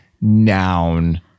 noun